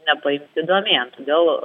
nepaimti domėn todėl